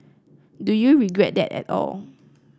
do you regret that at all